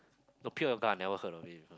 no pure yoga I never heard of it before